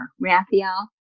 Raphael